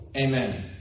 amen